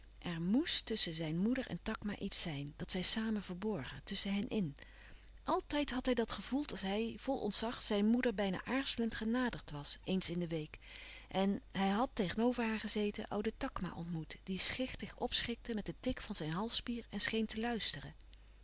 er moèst tusschen zijn moeder en takma iets zijn dat zij samen verborgen tusschen hen in altijd had hij dat gevoeld als hij vol ontzag zijn moeder bijna aarzelend genaderd was eens in de week en hij had tegenover haar gezeten ouden takma ontmoet die schichtig opschrikte met den tic van zijn halsspier en scheen te luisteren